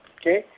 okay